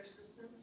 system